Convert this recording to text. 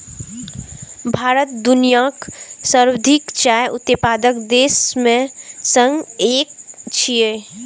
भारत दुनियाक सर्वाधिक चाय उत्पादक देश मे सं एक छियै